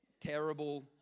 terrible